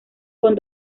con